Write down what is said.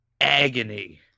agony